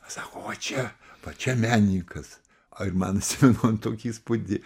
sako va čia va čia menininkas ai man atsimenan tokį įspūdį